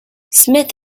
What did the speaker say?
smith